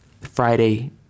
Friday